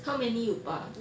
how many you 拔